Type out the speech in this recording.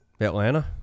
Atlanta